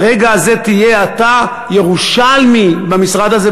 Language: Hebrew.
ברגע הזה תהיה אתה ירושלמי במשרד הזה,